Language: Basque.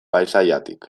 paisaiatik